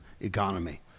economy